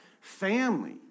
family